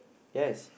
yes